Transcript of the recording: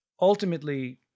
ultimately